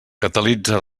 catalitza